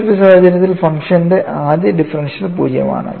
മറ്റൊരു സാഹചര്യത്തിൽ ഫംഗ്ഷന്റെ ആദ്യ ഡിഫറൻഷ്യൽ 0 ആണ്